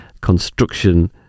Construction